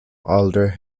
alder